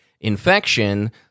infection